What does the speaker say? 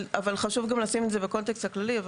אבל חשוב גם לשים את זה בקונטקסט הכללי.